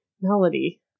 melody